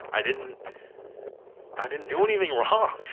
i didn't i didn't do anything wrong.